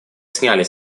сняли